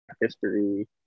history